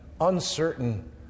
uncertain